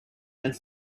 and